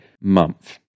month